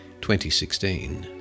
2016